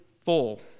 full